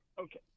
Okay